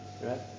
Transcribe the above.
Right